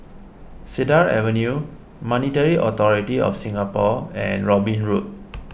Cedar Avenue Monetary Authority of Singapore and Robin Road